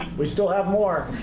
we still have more!